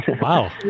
Wow